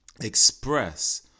express